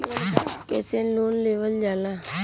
कैसे लोन लेवल जाला?